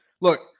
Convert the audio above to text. look